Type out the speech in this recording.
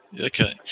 Okay